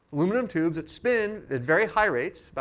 aluminum tubes, that spin at very high rates. but